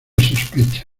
sospecha